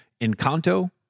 Encanto